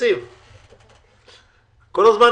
בקרוב.